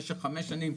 למשך חמש שנים,